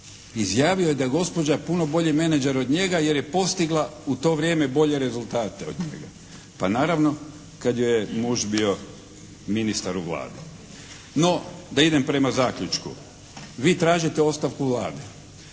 Izjavio je da je gospođa puno bolji menadžer od njega jer je postigla u to vrijeme bolje rezultate od njega. Pa naravno kad joj je muž bio ministar u Vladi. No da idem prema zaključku. Vi tražite ostavku Vlade.